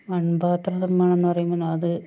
മൺപാത്ര നിർമ്മാണം എന്ന് പറയുമ്പോൾ അത്